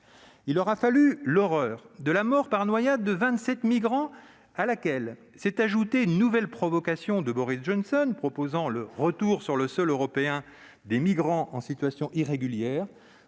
ait lieu, l'horreur de la mort par noyade de 27 migrants à laquelle s'est ajoutée une nouvelle provocation de Boris Johnson, qui proposait le retour sur le sol européen des migrants en situation irrégulière.